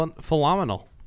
Phenomenal